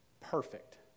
Perfect